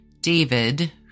David